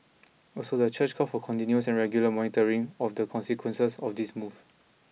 also the church called for continuous and regular monitoring of the consequences of this move